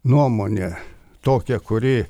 nuomonę tokią kuri